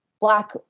black